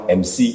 mc